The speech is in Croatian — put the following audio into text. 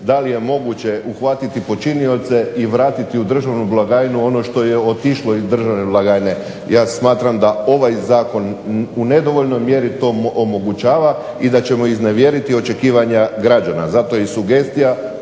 Da li je moguće uhvatiti počinioce i vratiti u državnu blagajnu ono što je otišlo iz državne blagajne. Ja smatram da ovaj zakon u nedovoljnoj mjeri to omogućava i da ćemo iznevjeriti očekivanja građana. Zato i sugestija